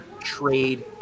trade